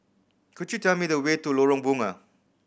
could you tell me the way to Lorong Bunga